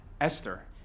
Esther